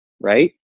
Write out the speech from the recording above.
right